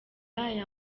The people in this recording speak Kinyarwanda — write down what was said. aya